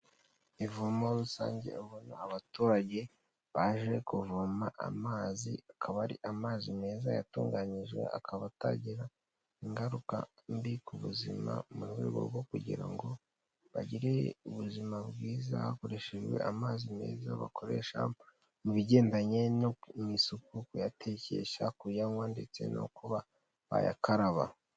Ivomo rusange abona abaturage baje kuvoma amazi, akaba ari amazi meza yatunganyijwe akaba atagira ingaruka mbi ku buzima mu rwego rwo kugira ngo bagire ubuzima bwiza hakoreshejwe amazi meza bakoresha mu bigendanye no mu isuku kuyatekesha, kuyanywa, ndetse no kuba bayakaraba.